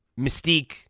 Mystique